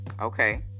okay